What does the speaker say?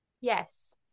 Yes